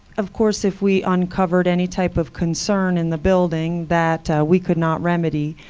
of course, if we uncovered any type of concern in the building that we could not remedy,